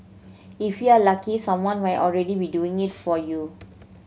if you are lucky someone might already be doing it for you